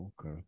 Okay